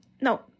No